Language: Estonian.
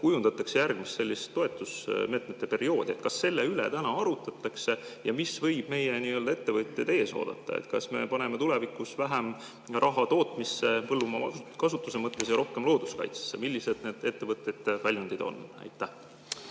kujundatakse järgmist toetusmeetmete perioodi. Kas selle üle praegu arutatakse ja mis võib meie ettevõtjaid ees oodata? Kas me paneme tulevikus vähem raha tootmisse põllumaa kasutuse mõttes ja rohkem looduskaitsesse? Millised need ettevõtete väljundid on? Aitäh!